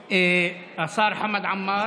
השר חמד עמאר,